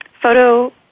photo